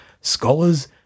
scholars